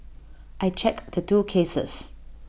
I checked the two cases